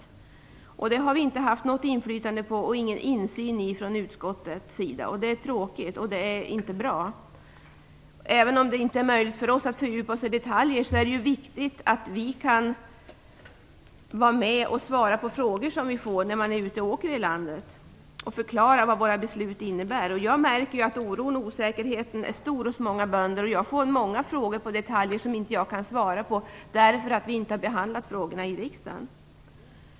I utskottet har vi över huvud taget inget inflytande över och ingen insyn i detta. Det är tråkigt, och det är inte bra. Även om det inte är möjligt för oss att fördjupa oss i detaljer är det viktigt att vi kan svara på frågor som vi får när vi är ute i landet och förklara vad våra beslut innebär. Jag märker att oron och osäkerheten är stor hos många bönder, och jag får många frågor om detaljer som jag inte kan svara på därför att vi inte har behandlat frågorna i riksdagen.